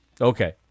Okay